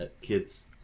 kids